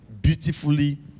beautifully